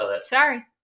Sorry